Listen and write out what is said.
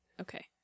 Okay